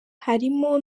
harimo